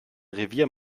revier